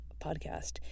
podcast